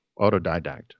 Autodidact